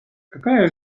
какая